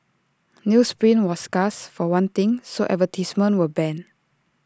newsprint was scarce for one thing so advertisements were banned